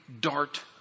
dart